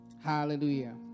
Hallelujah